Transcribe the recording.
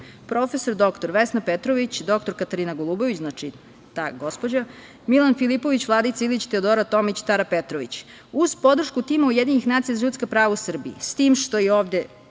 prof. dr Vesna Petrović, dr Katarina Golubović, znači ta gospođa, Milan Filipović, Vladica Ilić, Teodora Tomić, Tara Petrović, uz podršku tima UN za ljudska prava u Srbiji, s tim što je ovde